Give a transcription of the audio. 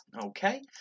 okay